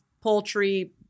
poultry